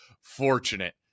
fortunate